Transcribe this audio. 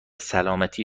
سلامتی